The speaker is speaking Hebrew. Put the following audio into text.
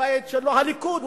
הבית שלו, הליכוד.